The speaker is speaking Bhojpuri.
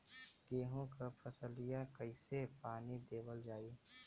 गेहूँक फसलिया कईसे पानी देवल जाई?